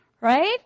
Right